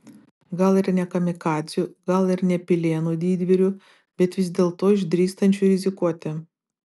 gal ir ne kamikadzių gal ir ne pilėnų didvyrių bet vis dėlto išdrįstančių rizikuoti